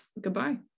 goodbye